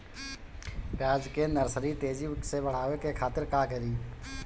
प्याज के नर्सरी तेजी से बढ़ावे के खातिर का करी?